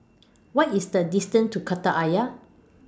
What IS The distance to Kreta Ayer